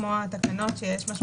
כמו התקנות שיש משמעות?